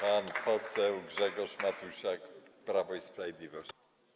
Pan poseł Grzegorz Matusiak, Prawo i Sprawiedliwość.